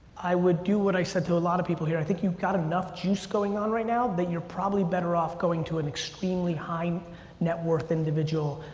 i would do what i said to a lot of people here. i think you've got enough juice going on right now that you're probably better off going to an extremely high net worth individual.